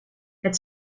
het